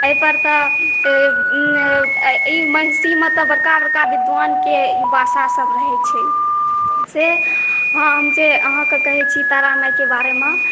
एहि पर तऽ ई महिषीमे तऽ बड़का बड़का विद्वानके वासा सभ रहै छै से हम जे अहाँके कहै छी तारा मायके बारेमे